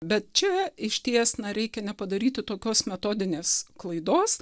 bet čia išties na reikia nepadaryti tokios metodinės klaidos